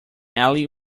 ali